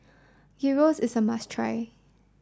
hero is a must try